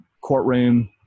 courtroom